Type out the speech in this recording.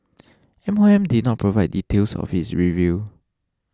M O M did not provide details of its review